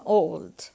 old